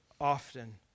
often